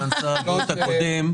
סגן שר הבריאות הקודם,